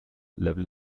level